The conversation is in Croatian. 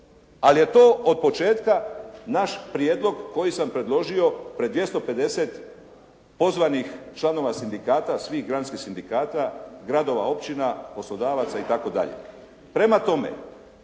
ali je to od početka naš prijedlog koji sam predložio pred 250 pozvanih članova sindikata, svih granskih sindikata gradova, općina, poslodavaca itd. Prema tome,